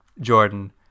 Jordan